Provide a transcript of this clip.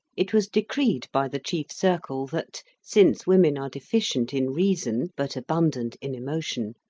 it was decreed by the chief circle that, since women are deficient in reason but abundant in emotion,